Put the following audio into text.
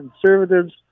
Conservatives